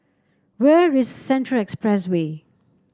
where is Central Expressway